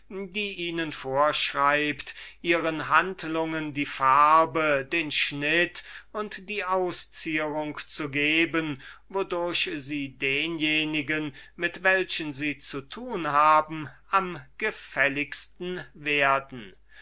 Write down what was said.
die ihnen vorschreibt ihren handlungen die farbe den schnitt und die auszierung zu geben wodurch sie denjenigen mit welchen sie zu tun haben am gefälligsten werden